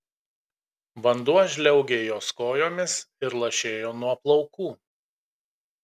vanduo žliaugė jos kojomis ir lašėjo nuo plaukų